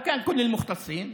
וכך גם כל המומחים,